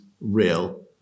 real